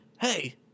Hey